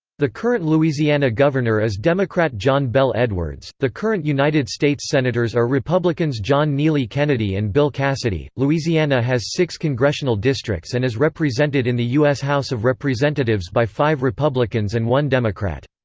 the current louisiana governor is democrat john bel edwards the current united states senators are republicans john neely kennedy and bill cassidy. louisiana has six congressional districts and is represented in the u s. house of representatives by five republicans and one democrat.